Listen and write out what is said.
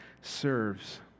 serves